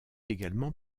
également